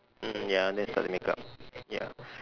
mm ya then start to makeup ya